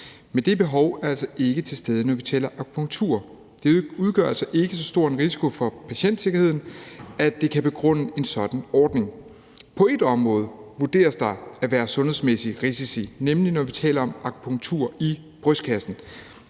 Men det behov er altså ikke til stede, når vi taler akupunktur. Det udgør ikke så stor en risiko for patientsikkerheden, at det kan begrunde en sådan ordning. På ét område vurderes der at være sundhedsmæssige risici, nemlig når vi taler om akupunktur på brystkassen.